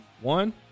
One